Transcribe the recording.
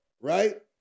right